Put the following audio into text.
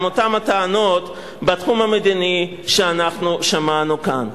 אותן הטענות בתחום המדיני שאנחנו שמענו כאן.